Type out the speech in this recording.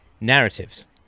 narratives